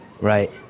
Right